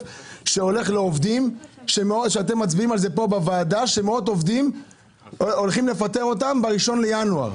שהולך לעובדים ואתם בוועדה מצביעים על כך שמאות עובדים יפוטרו ב-1 בינואר.